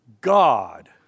God